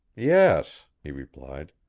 yes, he replied.